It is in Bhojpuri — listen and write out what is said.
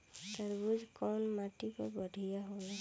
तरबूज कउन माटी पर बढ़ीया होला?